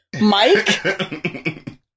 Mike